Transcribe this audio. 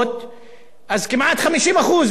אז כמעט 50% מהציבור בארץ